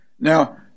Now